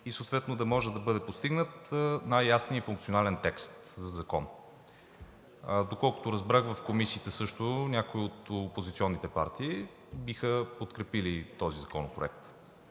и съответно да може да бъде постигнат най-ясният и функционален текст за закон. Доколкото разбрах в комисиите също някои от опозиционните партии биха подкрепили този законопроект.